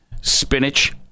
Spinach